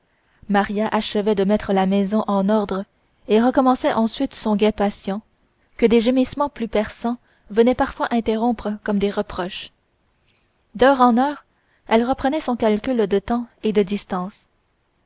maria achevait de mettre la maison en ordre et recommençait ensuite son guet patient que des gémissements plus perçants venaient parfois interrompre comme des reproches d'heure en heure elle reprenait son calcul de temps et de distance